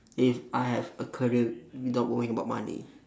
if I have a career without worrying about money